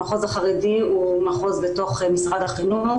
המחוז החרדי הוא מחוז בתוך משרד החינוך,